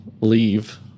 leave